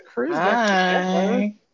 Hi